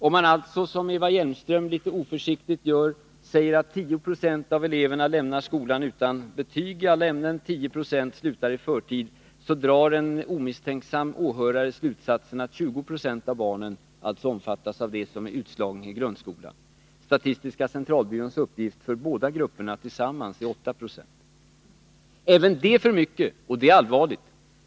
Om man alltså, som Eva Hjelmström litet oförsiktigt gör, säger att 10 96 av eleverna lämnar skolan utan betyg i alla ämnen och 10 96 slutar i förtid, drar en omisstänksam åhörare slutsatsen att 2076 av barnen omfattas av en utslagning i grundskolan. Statistiska centralbyråns uppgift för båda grupperna tillsammans är 8 Jo. Även det är för mycket och allvarligt.